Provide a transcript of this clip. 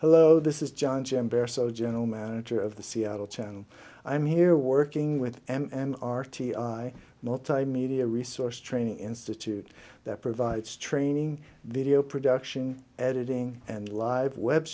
hello this is john jim bear so general manager of the seattle chair and i'm here working with m and r t i multimedia resource training institute that provides training video production editing and live web